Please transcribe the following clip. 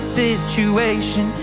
situation